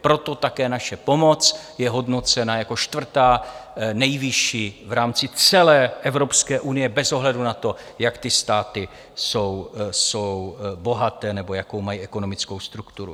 Proto také naše pomoc je hodnocena jako čtvrtá nejvyšší v rámci celé Evropské unie bez ohledu na to, jak ty státy jsou bohaté nebo jakou mají ekonomickou strukturu.